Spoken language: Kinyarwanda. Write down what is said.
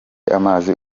amazi